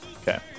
Okay